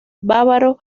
bávaro